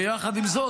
ויחד עם זאת,